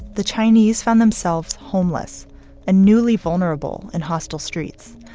the chinese found themselves homeless and newly vulnerable in hostile streets,